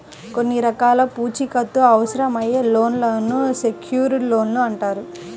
కొన్ని రకాల పూచీకత్తు అవసరమయ్యే లోన్లను సెక్యూర్డ్ లోన్లు అంటారు